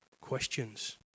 questions